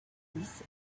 dix